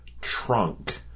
trunk